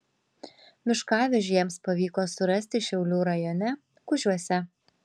miškavežį jiems pavyko surasti šiaulių rajone kužiuose